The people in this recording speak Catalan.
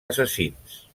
assassins